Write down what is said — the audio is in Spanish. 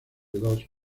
dos